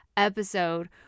episode